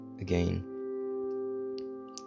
again